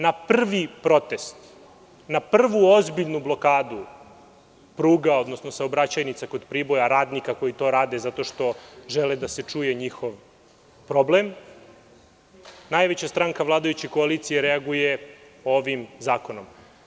Na prvi protest, na prvu ozbiljnu blokadu pruga, odnosno saobraćajnica kod Priboja, radnika koji to rade zato što žele da se čuje njihov problem, najveća stranka vladajuće koalicije reaguje ovim zakonom.